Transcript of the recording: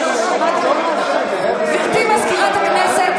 גברתי סגנית מזכירת הכנסת,